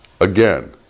again